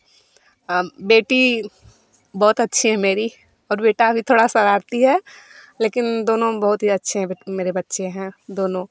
बेटी बहुत अच्छी है मेरी और अभी थोड़ा शरारती है लेकिन दोनों बहुत ही अच्छे मेरे बच्चे हैं दोनों